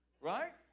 Right